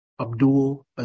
Abdul